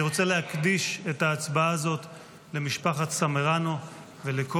אני רוצה להקדיש את ההצבעה הזאת למשפחת סמרנו ולכל